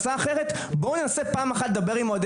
הצעה אחרת בואו ננסה פעם אחת לדבר עם אוהדי